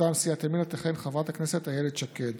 מטעם סיעת ימינה תכהן חברת הכנסת איילת שקד.